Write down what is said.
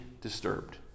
disturbed